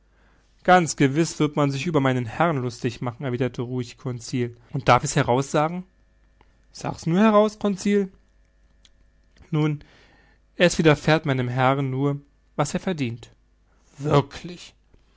ganz gewiß wird man sich über meinen herrn lustig machen erwiderte ruhig conseil und darf ich's heraus sagen sag's nur heraus conseil nun es widerfährt meinem herrn nur was er verdient wirklich